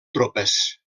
tropes